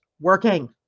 working